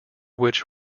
which